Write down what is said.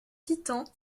titans